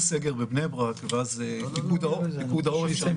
סגר בבני ברק ואז פיקוד העורף --- לא,